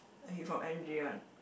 he from N_J one